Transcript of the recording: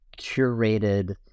curated